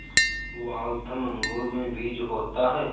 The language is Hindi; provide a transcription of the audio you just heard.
वाल्थम अंगूर में बीज होता है